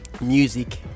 music